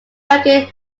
american